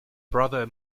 brother